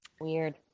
Weird